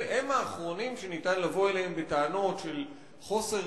הם האחרונים שניתן לבוא אליהם בטענות של חוסר